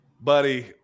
buddy